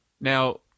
Now